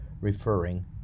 referring